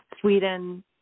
Sweden